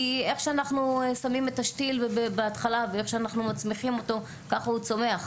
כי איך שאנחנו שמים את השתיל ומצמיחים אותו בהתחלה כך הוא צומח.